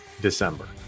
December